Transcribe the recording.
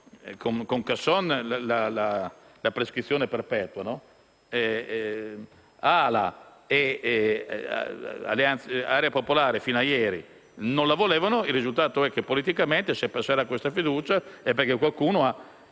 a Casson, la prescrizione perpetua; AL-A e Area Popolare fino a ieri non la volevano; il risultato è che politicamente, se passerà questa fiducia, significa che qualcuno ha